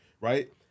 right